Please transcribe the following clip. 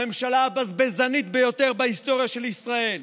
הממשלה הבזבזנית ביותר בהיסטוריה של ישראל